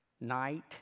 night